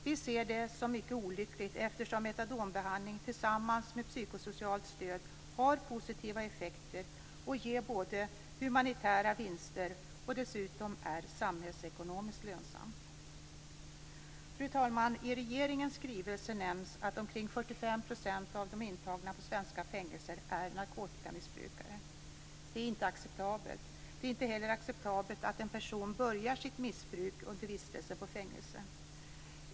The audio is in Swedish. Vi ser det som mycket olyckligt, eftersom metadonbehandling tillsammans med psykosocialt stöd har positiva effekter och ger humanitära vinster. Dessutom är sådan behandling samhällsekonomiskt lönsam. Fru talman! I regeringens skrivelse nämns att ca 45 % av de intagna på svenska fängelser är narkotikamissbrukare. Det är inte acceptabelt. Det är inte heller acceptabelt att en person börjar sitt missbruk under vistelsen på fängelset.